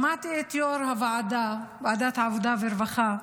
שמעתי את יו"ר הוועדה, ועדת העבודה והרווחה,